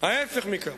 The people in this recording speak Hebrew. ההיפך מכך,